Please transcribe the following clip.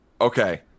Okay